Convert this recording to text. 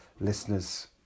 listeners